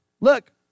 look